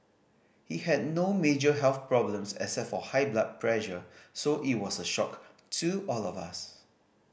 he had no major health problems except for high blood pressure so it was a shock to all of us